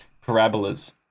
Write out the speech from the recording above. parabolas